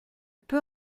peut